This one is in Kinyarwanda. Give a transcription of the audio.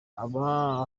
aba